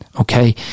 okay